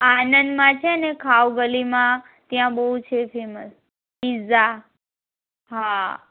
આનંદમાં છે ને ખાઉગલીમાં ત્યાં બહુ છે ફેમસ પીઝા હા